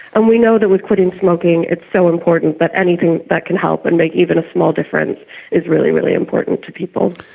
and we know that with quitting smoking it's so important that but anything that can help and make even a small difference is really, really important to people.